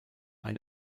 ein